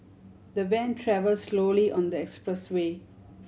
the van travel slowly on the expressway